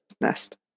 nest